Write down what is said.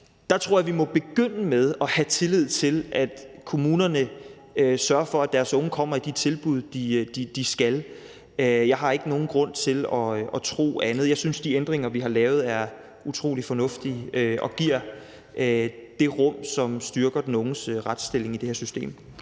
jeg tror bare, at vi her må begynde med at have tillid til, at kommunerne sørger for, at deres unge kommer i de tilbud, de skal. Jeg har ikke nogen grund til at tro andet. Jeg synes, at de ændringer, vi har lavet, er utrolig fornuftige og giver det rum, som styrker den unges retsstilling i det her system.